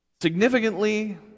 significantly